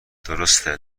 درسته